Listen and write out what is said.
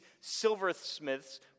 silversmiths